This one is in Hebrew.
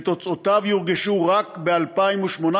שתוצאותיו יורגשו רק ב-2018,